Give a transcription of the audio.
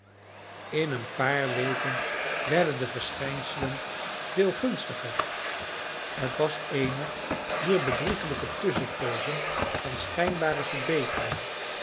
in een paar weken werden de verschijnselen veel gunstiger het was eene dier bedriegelijke tusschenpoozen van schijnbare verbetering